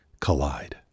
collide